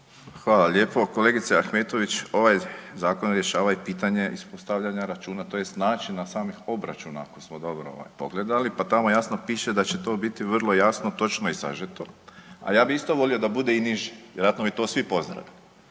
Hvala lijepo. Kolegice Ahmetović, ovaj zakon rješava i pitanje ispostavljanja računa tj. načina samih obračuna ako smo dobro ovaj pogledali, pa tamo jasno piše da će to biti vrlo jasno, točno i sažeto, a ja bi isto volio da bude i niži, vjerojatno bi to svi pozdravili.